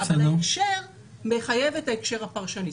אבל ההקשר מחייב את ההקשר הפרשני.